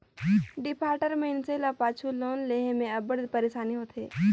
defaulter मइनसे ल पाछू लोन लेहे ले अब्बड़ पइरसानी होथे